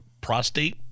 prostate